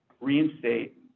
reinstate